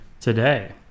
today